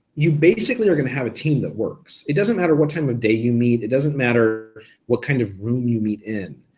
you basically are gonna have a team that works. it doesn't matter what time of day you meet, it doesn't matter what kind of room you meet in.